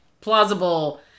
plausible